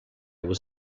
was